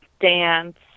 dance